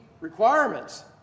requirements